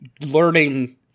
learning